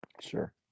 Sure